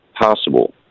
possible